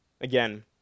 again